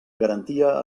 garantia